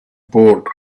board